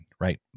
right